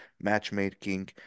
matchmaking